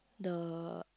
the